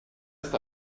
ist